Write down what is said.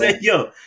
yo